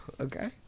Okay